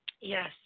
Yes